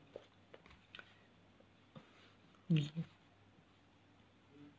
mmhmm